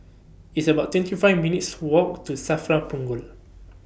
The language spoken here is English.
It's about twenty five minutes' Walk to SAFRA Punggol